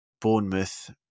Bournemouth